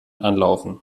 anlaufen